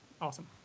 awesome